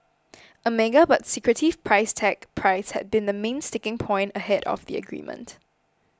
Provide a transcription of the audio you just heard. a mega but secretive price tag price had been the main sticking point ahead of the agreement